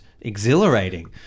exhilarating